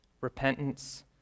repentance